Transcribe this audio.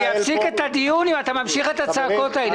אפסיק את הדיון אם תמשיך את הצעקות האלה.